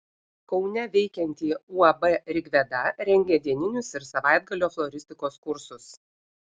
kaune veikianti uab rigveda rengia dieninius ir savaitgalio floristikos kursus